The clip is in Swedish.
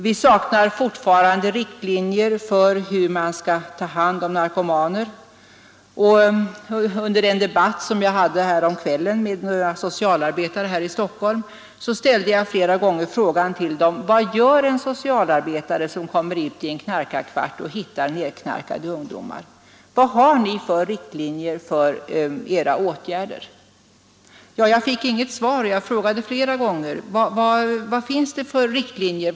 Vi saknar fortfarande riktlinjer för hur man skall ta hand om narkomaner, och under en debatt som jag hade häromkvällen med några socialarbetare i Stockholm ställde jag flera gånger frågan till dem: Vad gör en socialarbetare som kommer ut i en knarkarkvart och hittar nedgångna ungdomar? Vad har ni för riktlinjer för era åtgärder? Jag frågade flera gånger: Vad finns det för riktlinjer?